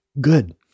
good